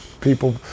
people